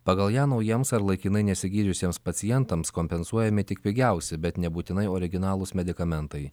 pagal ją naujiems ar laikinai nesigydžiusiems pacientams kompensuojami tik pigiausi bet nebūtinai originalūs medikamentai